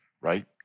right